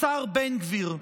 השר בן גביר,